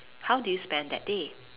how do you spend that day